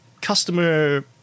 customer